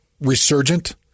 resurgent